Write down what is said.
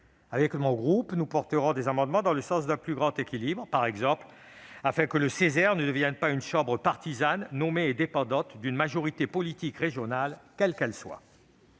Avec mon groupe, nous porterons des amendements qui vont dans le sens d'un plus grand équilibre, par exemple pour que le Ceser ne devienne pas une chambre partisane nommée et dépendante d'une majorité politique régionale, quelle qu'elle soit.